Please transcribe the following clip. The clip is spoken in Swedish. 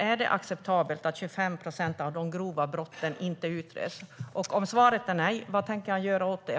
Är det acceptabelt att 25 procent av de grova brotten inte utreds? Om svaret är nej, vad tänker han göra åt det?